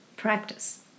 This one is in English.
practice